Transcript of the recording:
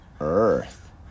earth